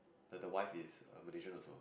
the the wife is a Malaysian also